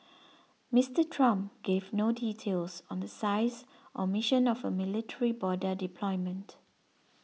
Mister Trump gave no details on the size or mission of a military border deployment